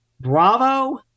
bravo